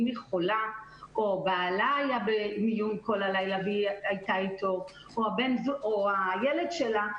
אם היא חולה או בעלה היה במיון כל הלילה והיא הייתה איתו או הילד שלה,